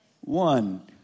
one